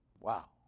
Wow